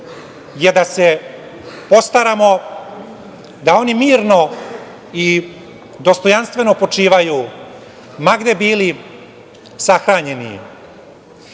je da se postaramo da oni mirno i dostojanstveno počivaju ma gde bili sahranjeni.